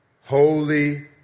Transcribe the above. Holy